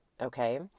okay